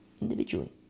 individually